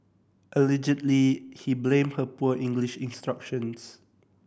allegedly he blamed her poor English instructions